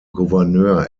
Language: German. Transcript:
gouverneur